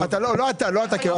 לא אתה.